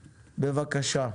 בבקשה.